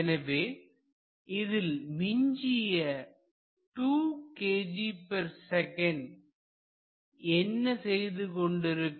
எனவே இதில் மிஞ்சிய 2 kgsec என்ன செய்து கொண்டிருக்கும்